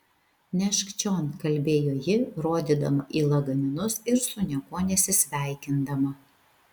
nešk čion kalbėjo ji rodydama į lagaminus ir su niekuo nesisveikindama